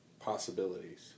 possibilities